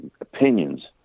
opinions